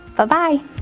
Bye-bye